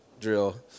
drill